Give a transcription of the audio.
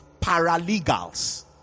paralegals